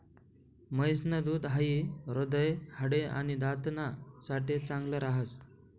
म्हैस न दूध हाई हृदय, हाडे, आणि दात ना साठे चांगल राहस